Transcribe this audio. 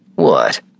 What